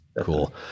Cool